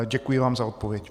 Děkuji vám za odpověď.